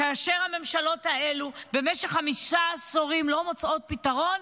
לא מוצאות פתרון